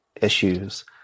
issues